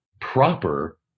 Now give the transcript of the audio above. proper